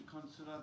consider